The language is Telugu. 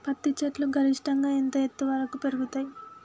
పత్తి చెట్లు గరిష్టంగా ఎంత ఎత్తు వరకు పెరుగుతయ్?